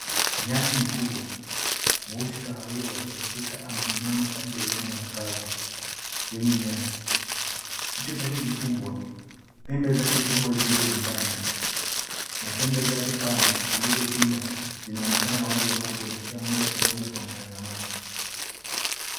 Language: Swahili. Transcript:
Nyati mkubwa mweusi kahawia wa Kiafrka amesimama kati ya uwanja mkavu wenye nyasi. Kichwa chake kikubwa, pembe zake kubwa zilizoungana na pembe zake pana zilizopinda zinaonekana wazi anapoelekea moja kwa moja kwa mtazamaji.